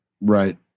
Right